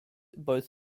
both